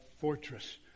fortress